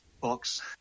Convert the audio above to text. box